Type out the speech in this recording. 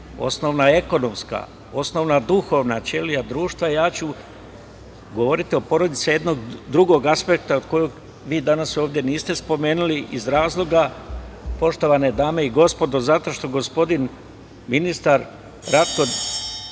osnovna ekonomska, osnovna duhovna ćelija društva. Ja ću govoriti o porodici sa jednog drugog aspekta, kojeg vi danas ovde niste spomenuli iz razloga, poštovane dame i gospodo, zato što gospodin ministar Ratko